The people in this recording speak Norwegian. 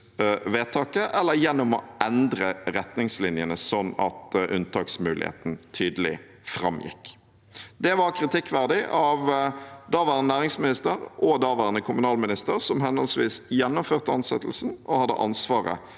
eller gjennom å endre retningslinjene sånn at unntaksmuligheten tydelig framgikk. Det var kritikkverdig av daværende næringsminister og daværende kommunalminister, som henholdsvis gjennomførte ansettelsen og hadde ansvaret